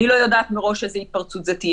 אני לא יודעת מראש איזו התפרצות זו תהיה